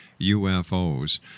UFOs